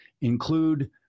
include